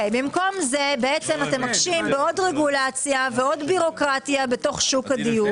במקום זה אתם מקשים בעוד רגולציה ועוד בירוקרטיה בתוך שוק הדיור.